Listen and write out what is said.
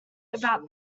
about